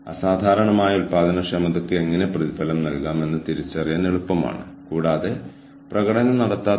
ഇത് എച്ച്ആർഎം തന്ത്രത്തിന്റെ ഉറവിടത്തിലേക്ക് ഫീഡിംഗ് ചെയ്യുന്നു എച്ച്ആർ ഉത്ഭവത്തിന്റെ ഉറവിടത്തിലേക്ക് ഫീഡ് നൽകുന്നു